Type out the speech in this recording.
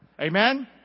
Amen